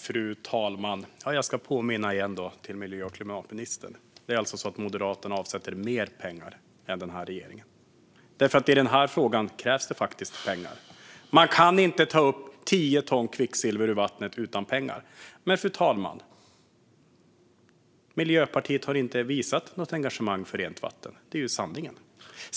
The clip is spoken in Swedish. Fru talman! Jag ska påminna miljö och klimatministern igen: Moderaterna avsätter mer pengar än den här regeringen gör, för i den här frågan krävs det faktiskt pengar. Man kan inte ta upp tio ton kvicksilver ur vattnet utan pengar. Men, fru talman, Miljöpartiet har inte visat något engagemang för rent vatten. Det är ju sanningen.